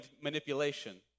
manipulation